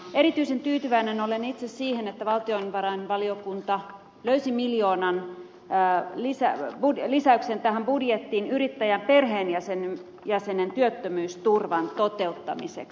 erityisen tyytyväinen olen itse siihen että valtiovarainvaliokunta löysi miljoonan lisäyksen tähän budjettiin yrittäjän perheenjäsenen työttömyysturvan toteuttamiseksi